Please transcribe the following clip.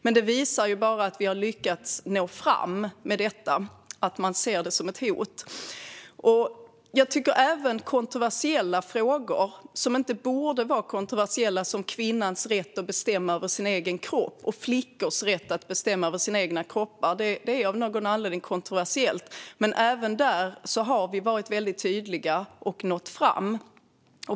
Men att man ser detta som ett hot visar bara att vi har lyckats nå fram med detta. Även när det gäller kontroversiella frågor som inte borde vara kontroversiella, som kvinnors rätt att bestämma över sina egna kroppar och flickors rätt att bestämma över sina egna kroppar, har vi varit mycket tydliga och nått fram.